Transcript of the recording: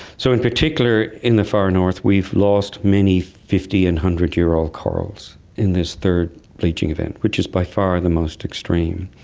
so in particular, in the far north we've lost many fifty and one hundred year old corals in this third bleaching event, which is by far the most extreme,